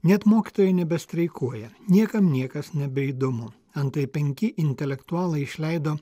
net mokytojai nebestreikuoja niekam niekas nebeįdomu antai penki intelektualai išleido